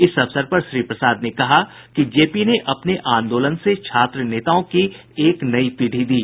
इस अवसर पर श्री प्रसाद ने कहा कि जेपी ने अपने आंदोलन से छात्र नेताओं की एक नई पीढ़ी दी